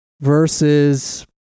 versus